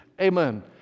amen